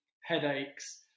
headaches